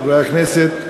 חברי הכנסת,